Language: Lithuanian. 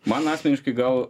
man asmeniškai gal